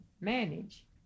manage